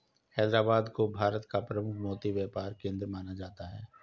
हैदराबाद को भारत का प्रमुख मोती व्यापार केंद्र माना जाता है